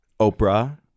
Oprah